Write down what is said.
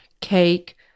cake